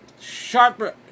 Sharper